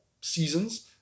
seasons